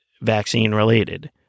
vaccine-related